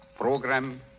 program